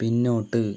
പിന്നോട്ട്